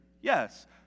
Yes